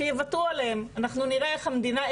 שיוותרו עליהם ואנחנו נראה מה קורה.